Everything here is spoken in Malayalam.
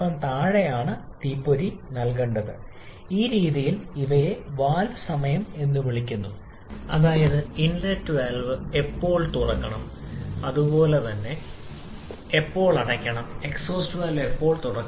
എന്നാൽ ഇന്ധന വായു ചക്രം ചക്രങ്ങളുടെ പരമാവധി മർദ്ദത്തെയും താപനിലയെയും കുറിച്ച് തികച്ചും ന്യായമായ ഒരു എസ്റ്റിമേറ്റ് നൽകുന്നു കൂടാതെ വിവിധ പാരാമീറ്ററുകൾ വഹിക്കുന്ന പങ്കിനെക്കുറിച്ചുള്ള ന്യായമായ എസ്റ്റിമേറ്റും സൈക്കിൾ പ്രകടനം